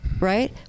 right